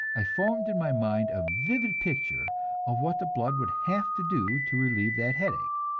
i formed in my mind a vivid picture of what the blood would have to do to relieve that headache,